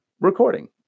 recording